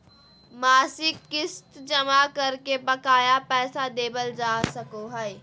मासिक किस्त जमा करके बकाया पैसा देबल जा सको हय